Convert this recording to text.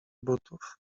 butów